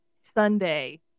Sunday